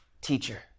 teacher